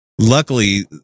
luckily